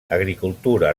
agricultura